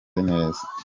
neza